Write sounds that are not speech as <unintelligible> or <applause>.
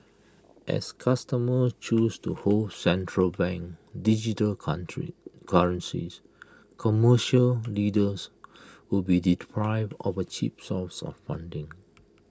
as customer choose to hold central bank digital <unintelligible> currencies commercial lenders would be deprived of A cheap source of funding